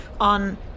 on